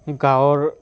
গাঁৱৰ